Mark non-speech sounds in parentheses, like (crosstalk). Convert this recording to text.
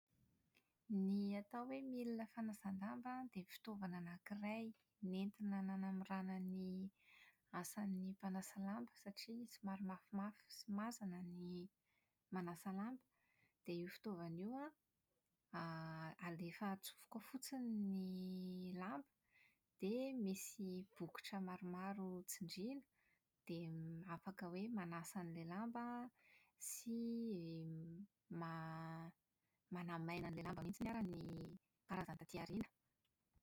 Ny atao hoe milina fanasan-damba an, dia fitaovana anankiray nentina nanamorana ny asan'ny mpanasa lamba satria somary mafimafy sy mazana ny manasa lamba. Dia io fitaovana io an, alefa atsofoka ao fotsiny ny lamba dia misy bokotra maromaro tsindriana dia afaka hoe manasa an'ilay lamba an sy (hesitation) > manamaina an'ilay lamba mihitsy aza ny karazany taty aoriana.